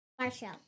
Marshall